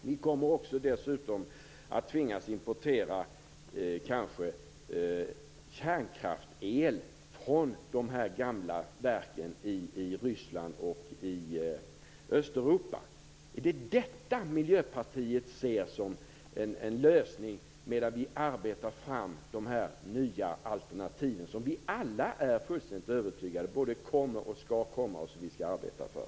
Vi kommer dessutom kanske att tvingas importera kärnkraftsel från de gamla verken i Ryssland och i övriga Östeuropa. Är det detta som Miljöpartiet ser som en lösning medan vi arbetar fram de nya alternativ som vi alla är fullständigt övertygade om skall komma och som vi skall arbeta för?